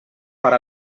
per